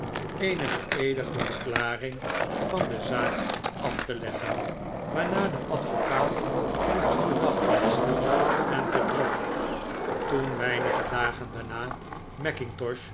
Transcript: eene beeedigde verklaring van de zaak af te leggen waarna de advocaat hem goeden dag wenschte en vertrok toen weinige dagen daarna